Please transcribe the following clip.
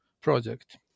project